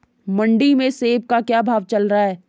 मंडी में सेब का क्या भाव चल रहा है?